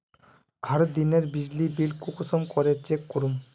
हर दिनेर बिजली बिल कुंसम करे चेक करूम?